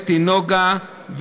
אתי ונוגה,